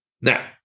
Now